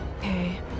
Okay